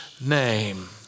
name